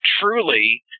truly